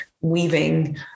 weaving